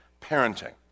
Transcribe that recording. parenting